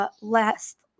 last